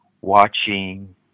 Watching